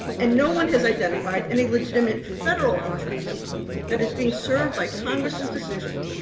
and no one has identified any legitimate federal interest that is being served by congress's decision,